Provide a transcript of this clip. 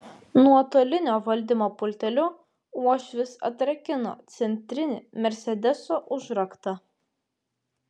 nuotolinio valdymo pulteliu uošvis atrakino centrinį mersedeso užraktą